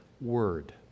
Word